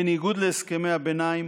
ובניגוד להסכמי הביניים,